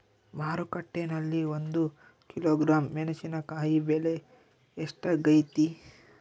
ಮಾರುಕಟ್ಟೆನಲ್ಲಿ ಒಂದು ಕಿಲೋಗ್ರಾಂ ಮೆಣಸಿನಕಾಯಿ ಬೆಲೆ ಎಷ್ಟಾಗೈತೆ?